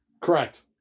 correct